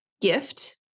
gift